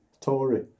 Tory